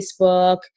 Facebook